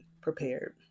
prepared